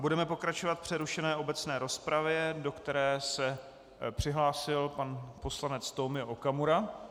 Budeme pokračovat v přerušené obecné rozpravě, do které se přihlásil pan poslanec Tomio Okamura.